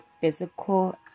physical